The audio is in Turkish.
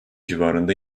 civarında